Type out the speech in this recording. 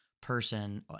person